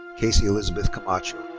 kasey elizabeth camacho.